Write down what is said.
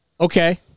Okay